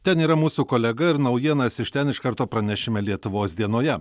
ten yra mūsų kolega ir naujienas iš ten iš karto pranešime lietuvos dienoje